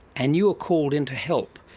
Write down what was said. and you were called in to help.